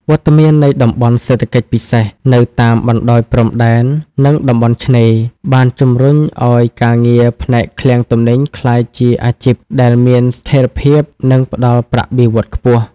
វត្តមាននៃតំបន់សេដ្ឋកិច្ចពិសេស នៅតាមបណ្ដោយព្រំដែន និងតំបន់ឆ្នេរ បានជំរុញឱ្យការងារផ្នែកឃ្លាំងទំនិញក្លាយជាអាជីពដែលមានស្ថិរភាព និងផ្ដល់ប្រាក់បៀវត្សរ៍ខ្ពស់។